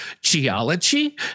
geology